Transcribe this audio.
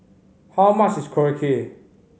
how much is Korokke